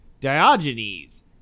diogenes